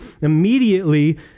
immediately